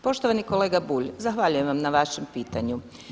Poštovani kolega Bulj zahvaljujem vam na vašem pitanju.